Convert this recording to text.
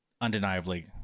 Undeniably